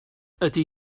ydy